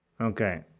Okay